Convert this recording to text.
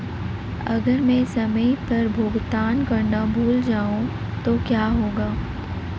अगर मैं समय पर भुगतान करना भूल जाऊं तो क्या होगा?